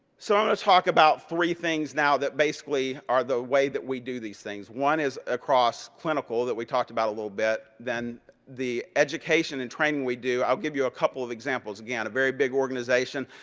so, i'm going to talk about three things now that basically are the way that we do these things. one is across clinical that we talked about a little bit. then the education and training we do, i'll give you a couple of examples, again a very big organization.